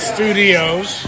Studios